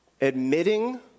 Admitting